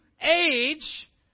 age